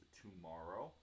tomorrow